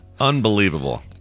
Unbelievable